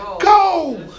go